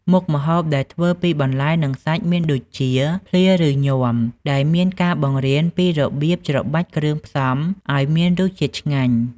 មុខម្ហូបដែលធ្វើពីបន្លែនិងសាច់មានដូចជា ភ្លា ឬញាំ ដែលមានការបង្រៀនពីរបៀបច្របាច់គ្រឿងផ្សំឱ្យមានរសជាតិឆ្ងាញ់។